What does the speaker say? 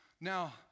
now